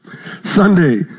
Sunday